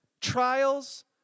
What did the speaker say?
trials